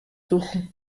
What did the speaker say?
suchen